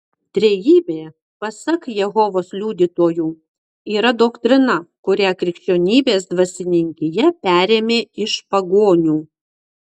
trejybė pasak jehovos liudytojų yra doktrina kurią krikščionybės dvasininkija perėmė iš pagonių